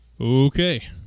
Okay